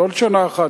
לא לשנה אחת,